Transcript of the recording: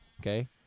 Okay